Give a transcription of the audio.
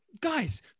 Guys